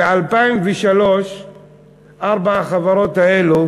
ב-2003 ארבע החברות האלו